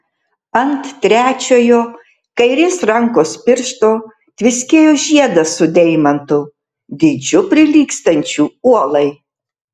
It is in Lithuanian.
ant trečiojo kairės rankos piršto tviskėjo žiedas su deimantu dydžiu prilygstančiu uolai